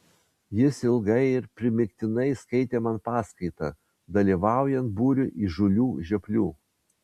jis ilgai ir primygtinai skaitė man paskaitą dalyvaujant būriui įžūlių žioplių